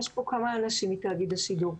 יש פה כמה אנשים מתאגיד השידור.